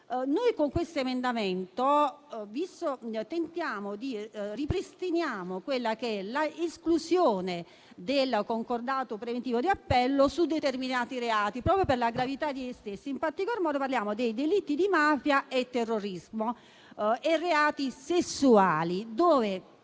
noi con l'emendamento 2.162 ripristiniamo l'esclusione del concordato preventivo di appello su determinati reati, proprio per la gravità degli stessi; in particolar modo parliamo dei delitti di mafia e terrorismo e dei reati sessuali, dove